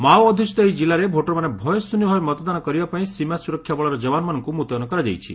ମାଓଅଧ୍ଧୁଷିତ ଏହି ଜିଲ୍ଲାରେ ଭୋଟରମାନେ ଭୟଶ୍ରନ୍ୟ ଭାବେ ମତଦାନ କରିବା ପାଇଁ ସୀମା ସୁରକ୍ଷା ବଳର ଯବାନମାନଙ୍କୁ ମୁତୟନ କରାଯାଇଛି